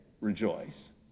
rejoice